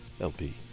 LP